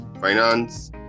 finance